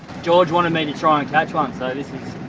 george wanted me to try and catch one so this is.